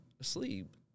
asleep